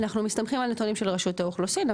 אנחנו מסתמכים על נתונים של רשות האוכלוסין,